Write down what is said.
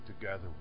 together